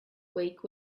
week